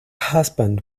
husband